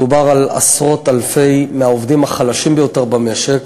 מדובר על עשרות אלפים מהעובדים החלשים ביותר במשק.